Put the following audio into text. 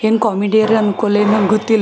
ಏನು ಕಾಮಿಡಿಯರೆ ಅಂದ್ಕೊಲೆ ನಂಗೊತ್ತಿಲ್ಲ